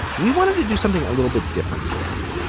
we wanted to do something a little bit different today.